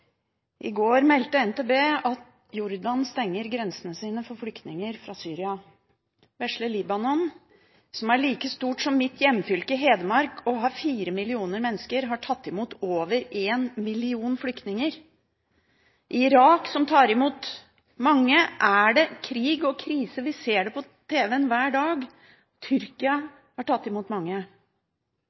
I går meldte NTB at Jordan stenger grensene sine for flyktninger fra Syria. Vesle Libanon, som er like stort som mitt hjemfylke, Hedmark, og har fire millioner mennesker, har tatt imot over en million flykninger. I Irak, som tar imot mange, er det krig og krise – vi ser det på tv hver dag. Tyrkia har tatt imot mange.